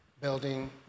building